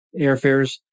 airfares